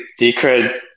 Decred